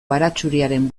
baratxuriaren